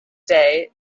day